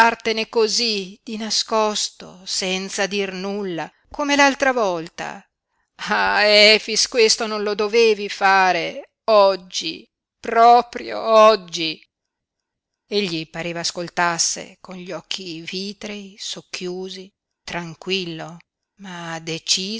andartene cosí di nascosto senza dir nulla come l'altra volta ah efix questo non lo dovevi fare oggi proprio oggi egli pareva ascoltasse con gli occhi vitrei socchiusi tranquillo ma